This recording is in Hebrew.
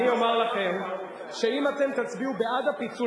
אני אומר לכם שאם אתם תצביעו בעד הפיצול